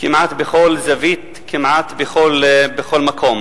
כמעט בכל זווית, כמעט בכל מקום.